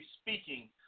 speaking